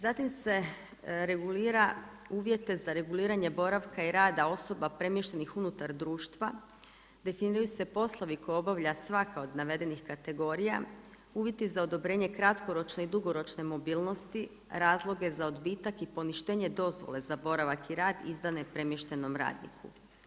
Zatim se regulira uvjete za reguliranje boravka i rada osoba premještenih unutar društva, definiraju se poslovi koje obavlja svaka od navedenih kategorija, uvjeti za odobrenje kratkoročne i dugoročne mobilnosti, razloge za odbitak i poništenje dozvole za boravak i rad izdane premještenom radniku.